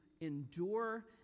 endure